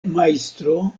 majstro